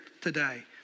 today